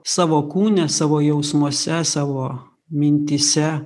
savo kūne savo jausmuose savo mintyse